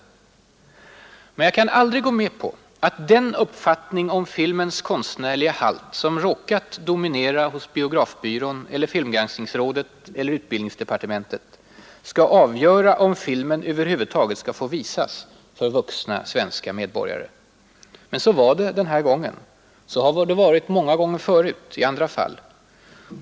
41 Men jag kan aldrig gå med på att den uppfattning om filmens konstnärliga halt som råkat dominera hos Biografbyrån eller Filmgranskningsrådet eller utbildningsdepartementet skall avgöra om filmen över huvud skall få visas för vuxna svenska medborgare. Men så var det den här gången. Så har det varit många gånger förr, i andra fall.